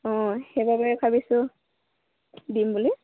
অঁ সেইবাবে ভাবিছোঁ দিম বুলি